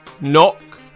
Knock